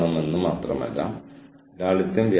കൂടാതെ രാത്രി വൈകിയും ധാരാളം ആളുകൾ വരുന്നു